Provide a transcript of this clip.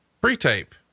pre-tape